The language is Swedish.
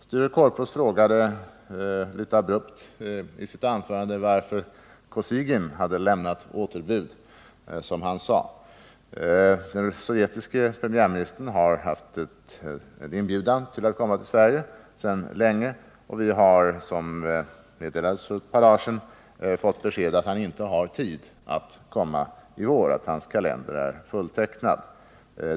Sture Korpås frågade litet abrupt i sitt anförande varför, som han uttryckte det, Alexej Kosygin har lämnat återbud. Den sovjetiske premiärministern har sedan länge haft en inbjudan att komma till Sverige. Vi har, vilket meddelades för ett par dagar sedan, fått beskedet att han inte har tid att kommai år, att hans kalender är fulltecknad.